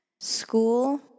School